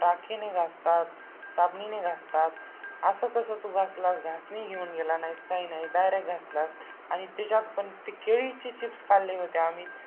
राखेने घासतात साबणाने घासतात असं कसं तू घासलास घासणी घेऊन गेला नाहीस काही नाही डायरेक्क घासलास आणि त्याच्यात पण ते केळीचे चिप्स काढले होते आम्ही